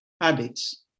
addicts